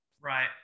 right